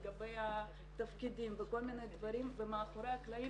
לגבי התפקידים וכל מיני דברים אבל מאחורי הקלעים